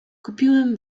kupiłem